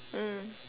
mm